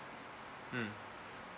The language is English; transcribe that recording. mm